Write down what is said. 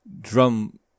drum